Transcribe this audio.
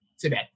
today